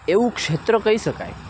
એવું ક્ષેત્ર કહી શકાય